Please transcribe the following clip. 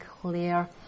clear